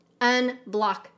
unblock